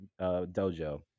Dojo